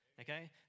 Okay